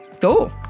cool